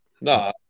No